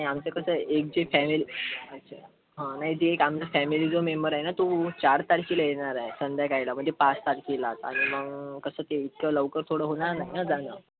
नाही आमचं कसं आहे एक जे फॅमिली नाही ते एक आमचं फॅमिली जो मेंबर आहे ना तो चार तारखेला येणार आहे संध्याकाळला म्हणजे पाच तारखेला आणि मग कसं ते इतक्या लवकर थोडं होणार नाही ना जाणं